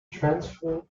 transfer